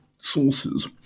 sources